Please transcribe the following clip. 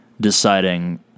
deciding